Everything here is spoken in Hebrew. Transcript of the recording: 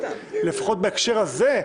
לפחות בהקשר הזה,